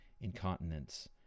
incontinence